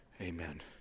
Amen